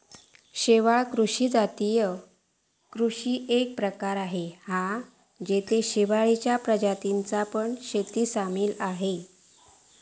शेवाळ कृषि जलीय कृषिचो एक प्रकार हा जेच्यात शेवाळींच्या प्रजातींची पण शेती सामील असा